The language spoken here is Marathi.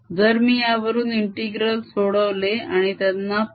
जर मी यावरून integrals सोडवले आणि त्यांना P